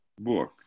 book